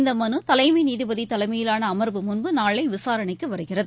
இந்தமனுதலைமைநீதிபதிதலைமையிலானஅமர்வு முன்பு நாளைவிசாரணைக்குவருகிறது